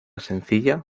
sencilla